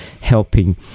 helping